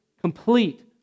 complete